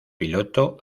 piloto